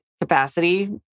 capacity